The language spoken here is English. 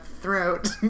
throat